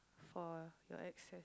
for your ex